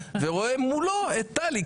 ורואה מולו את טלי,